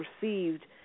received